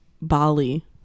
Bali